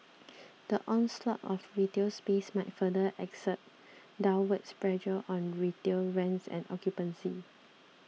the onslaught of retail space might further exert downward pressure on retail rents and occupancy